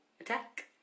Attack